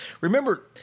Remember